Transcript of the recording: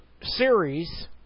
series